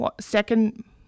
second